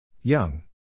Young